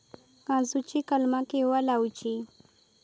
काजुची कलमा केव्हा लावची?